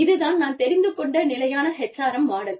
இது தான் நான் தெரிந்து கொண்ட நிலையான HRM மாடல்